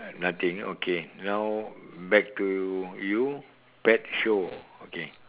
nothing okay now back to you pet show okay